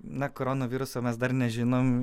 na koronaviruso mes dar nežinom